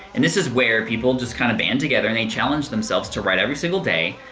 and this is where people just kind of band together and they challenge themselves to write every single day,